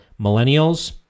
millennials